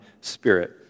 spirit